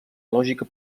lògica